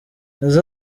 nizo